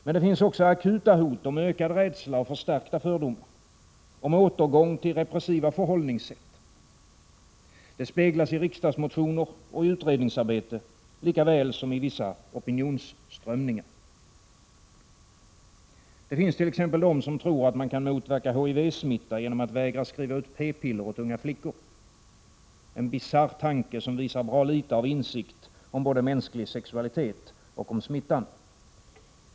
Men det finns också akuta hot om ökad rädsla och förstärkta fördomar, om återgång till repressiva förhållningssätt. Detta speglas i riksdagsmotioner och utredningsarbete, lika väl som i vissa opinionsströmningar. Det finnst.ex. de som tror att man kan motverka HIV-smitta genom att vägra skriva ut p-piller åt unga flickor — en bisarr tanke, som visar bra litet av insikt om både mänsklig sexualitet och smitta.